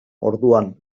orduan